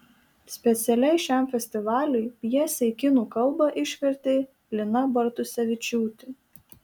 specialiai šiam festivaliui pjesę į kinų kalbą išvertė lina bartusevičiūtė